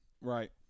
Right